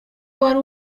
wari